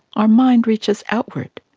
our mind reaches outward.